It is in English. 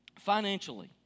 Financially